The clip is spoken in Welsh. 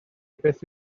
beth